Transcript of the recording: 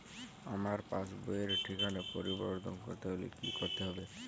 আমার পাসবই র ঠিকানা পরিবর্তন করতে হলে কী করতে হবে?